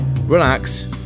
relax